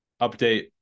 update